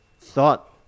thought